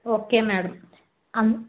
okay madam